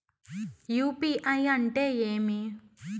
UPI అంటే ఏమి?